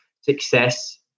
success